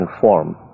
form